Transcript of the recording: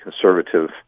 conservative